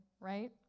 right